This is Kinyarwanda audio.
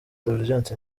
fulgence